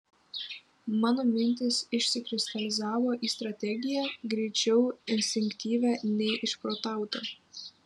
mano mintys išsikristalizavo į strategiją greičiau instinktyvią nei išprotautą